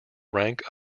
rank